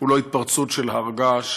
הוא לא התפרצות של הר געש.